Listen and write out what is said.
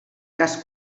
cas